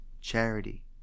charity